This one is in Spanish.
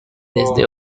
desde